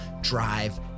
drive